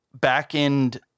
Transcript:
back-end